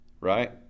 right